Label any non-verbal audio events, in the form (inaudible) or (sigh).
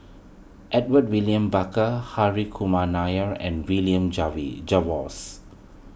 Edmund William Barker Harry Kumar Nair and William (unintelligible) Jervois